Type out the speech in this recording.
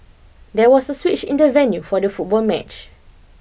there was a switch in the venue for the football match